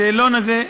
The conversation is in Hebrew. השאלון הזה,